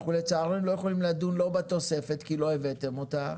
לצערנו אנחנו לא יכולים לדון בתוספת כי לא הבאתם אותה,